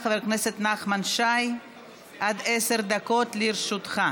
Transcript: חברת הכנסת לאה פדידה מבקשת להירשם כתומכת בהצעת החוק.